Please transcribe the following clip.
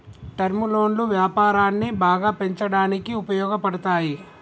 term లోన్లు వ్యాపారాన్ని బాగా పెంచడానికి ఉపయోగపడతాయి